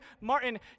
Martin